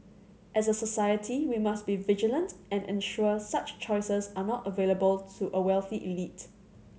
as a society we must be vigilant and ensure such choices are not available to a wealthy elite